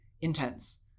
intense